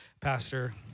Pastor